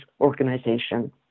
organization